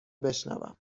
بشنوم